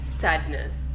sadness